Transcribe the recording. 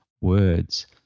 words